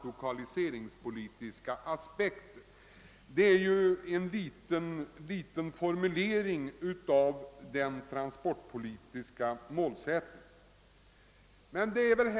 lokaliseringspolitiska aspekter — det är, som tidigare talare framhållit, vår transportpolitiska målsättning formulerad i korthet.